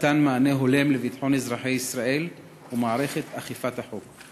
מתן מענה הולם לביטחון אזרחי ישראל ומערכת אכיפת החוק?